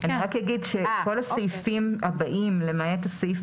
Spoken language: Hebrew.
אני רק אגיד שכל הסעיפים הבאים למעט הסעיף